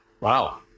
Wow